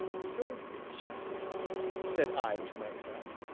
sir jasper? said i to myself,